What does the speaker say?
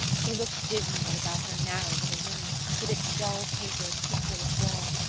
she looked dismally about her narrow little room, with its dull-papered, pictureless walls,